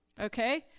Okay